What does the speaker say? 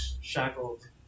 shackled